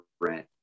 rent